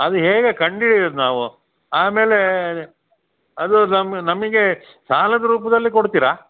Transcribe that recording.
ಅದು ಹೇಗೆ ಕಂಡಿಡಿಯೋದು ನಾವು ಆಮೇಲೆ ಅದು ನಮ್ಮ ನಮಗೆ ಸಾಲದ ರೂಪದಲ್ಲಿ ಕೊಡ್ತೀರಾ